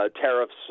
tariffs